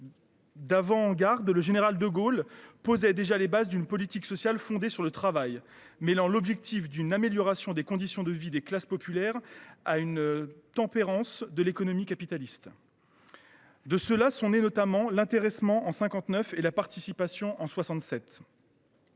avant gardiste, le général de Gaulle posait déjà les bases d’une politique sociale fondée sur le travail, mêlant l’objectif d’une amélioration des conditions de vie des classes populaires au souci de tempérer l’économie capitaliste. De ces préoccupations sont nés, notamment, l’intéressement en 1959 et la participation en 1967.